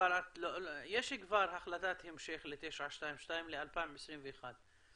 יש כבר החלטת המשך ל-922 ל-2021.